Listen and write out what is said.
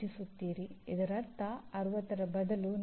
ಈಗ ಒಬಿಇ ಜಾಲಬಂಧವನ್ನು ಚಿತ್ರಾತ್ಮಕ ರೂಪದಲ್ಲಿ ಸೆರೆಹಿಡಿಯಬಹುದು